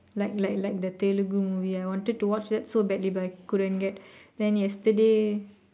like like like the tailor groom movie I wanted to watch it so badly but I couldn't get then yesterday